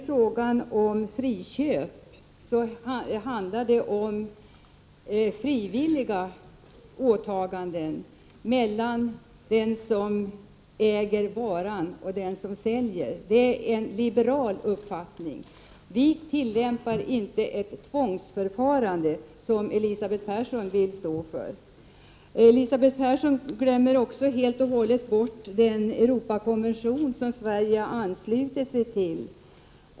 Friköp handlar om frivilliga åta ganden mellan den som säljer och den som köper varan. Det är den liberala uppfattningen. Vi tillämpar inte ett tvångsförfarande sådant som Elisabeth Persson vill stå för. Elisabeth Persson glömmer också helt och hållet bort den Europakonvention som Sverige har anslutit sig till.